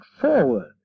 forward